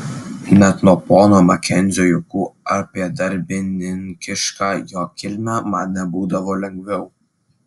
net nuo pono makenzio juokų apie darbininkišką jo kilmę man nebūdavo lengviau